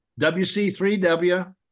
WC3W